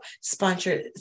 sponsor